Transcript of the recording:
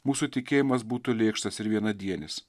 mūsų tikėjimas būtų lėkštas ir vienadienis